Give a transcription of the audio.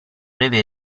breve